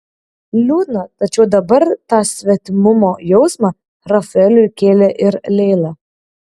liūdna tačiau dabar tą svetimumo jausmą rafaeliui kėlė ir leila